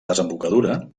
desembocadura